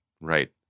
right